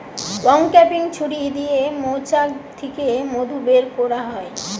uncapping ছুরি দিয়ে মৌচাক থিকে মধু বের কোরা হয়